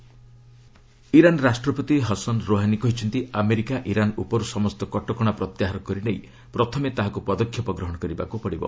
Iran Iran ରାଷ୍ଟ୍ରପତି Hassan Rouhani କହିଛନ୍ତି America Iran ଉପରୁ ସମସ୍ତ କଟକଣା ପ୍ରତ୍ୟାହାର କରିନେଇ ପ୍ରଥମେ ତାହାକୁ ପଦକ୍ଷେପ ଗ୍ରହଣ କରିବାକୁ ପଡ଼ିବ